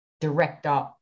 director